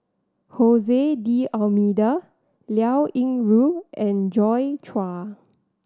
D'Almeida Liao Yingru and Joi Chua